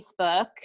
Facebook